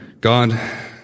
God